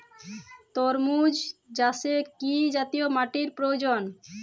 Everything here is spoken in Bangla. তরমুজ চাষে কি জাতীয় মাটির প্রয়োজন?